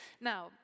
Now